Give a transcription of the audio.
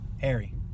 Harry